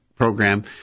program